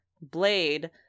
blade